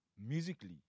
Musically